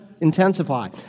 intensify